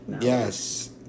Yes